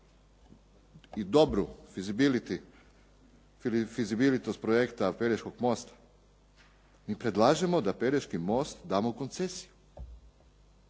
i dobru fizibilitost projekta Pelješkog mosta mi predlažemo da Pelješki most damo koncesiji.